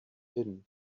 hidden